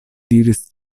diris